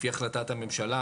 לפי החלטת הממשלה,